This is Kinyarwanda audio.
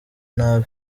nabi